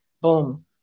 Boom